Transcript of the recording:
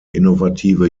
innovative